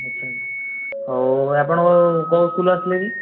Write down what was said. ଆଚ୍ଛା ହଉ ଆପଣଙ୍କୁ କେଉଁ ସ୍କୁଲ ଆସିଥିଲେ କି